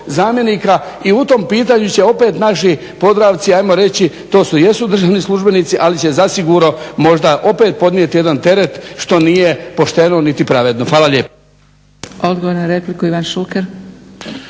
zamjenika. I u tom pitanju će opet naši Podravci, ajmo reći to su, jesu državni službenici ali će zasigurno možda opet podnijeti jedna teret što nije pošteno niti pravedno. Hvala lijepa.